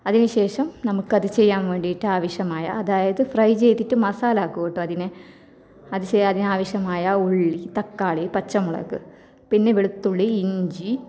അതിന് ശേഷം നമുക്കത് ചെയ്യാൻ വേണ്ടിയിട്ട് ആവശ്യമായ അതായത് ഫ്രൈ ചെയ്തിട്ട് മസാല ആക്കും കേട്ടോ അതിന് അത് ചെയ്യാനാവശ്യമായ ഉള്ളി തക്കാളി പച്ചമുളക് പിന്നെ വെളുത്തുള്ളി ഇഞ്ചി